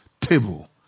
table